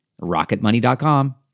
rocketmoney.com